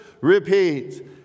repeat